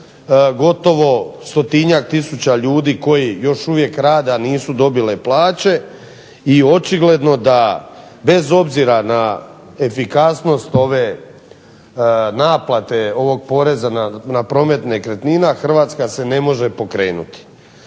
gotovo stotinjak tisuća ljudi koji još uvijek rade a nisu dobile plaće, i očigledno da bez obzira na efikasnost ove naplate ovog poreza na promet nekretnina Hrvatska se ne može pokrenuti.